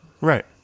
Right